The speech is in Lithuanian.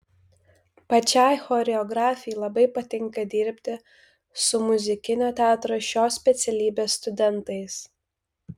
pačiai choreografei labai patinka dirbti su muzikinio teatro šios specialybės studentais